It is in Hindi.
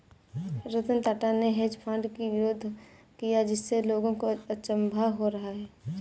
रतन टाटा ने हेज फंड की विरोध किया जिससे लोगों को अचंभा हो रहा है